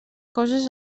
coses